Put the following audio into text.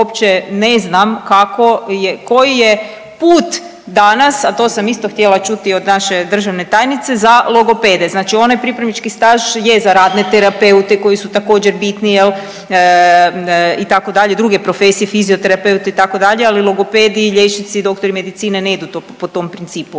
uopće ne znam kako, koji je put danas a to sam isto htjela čuti od naše državne tajnice za logopede. Znači onaj pripravnički staž je za radne terapeute koji su također bitni, jel' itd. druge profesije, fizioterapeute itd. Ali logopedi i liječnici, doktori medicine ne idu po tom principu.